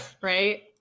Right